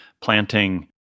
planting